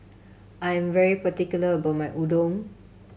I'm very particular about my Udon